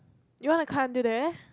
you want to cut until there